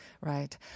Right